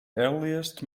earliest